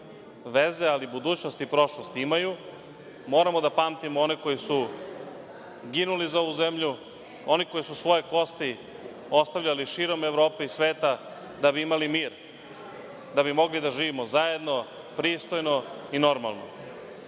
veze, ali budućnost i prošlost imaju. Moramo da pamtimo one koji su ginuli za ovu zemlju, one koji su svoje kosti ostavljali širom Evrope i sveta da bi imali mir, da bi mogli da živimo zajedno, pristojno i normalno.